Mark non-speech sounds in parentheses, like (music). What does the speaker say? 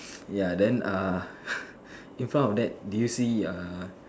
ya then ah (breath) in front of that do you see a